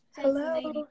Hello